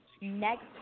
next